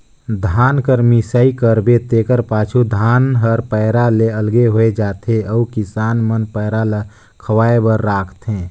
धान कर मिसाई करबे तेकर पाछू धान हर पैरा ले अलगे होए जाथे अउ किसान मन पैरा ल खवाए बर राखथें